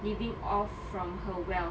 living off from her wealth